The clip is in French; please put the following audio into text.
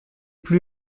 plus